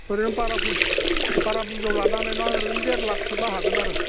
ओरैनो बारा बुरजायाव लानो हानाय नङा ओरैनो देरलाखसोबा हागोन आरो